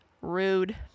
rude